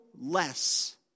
less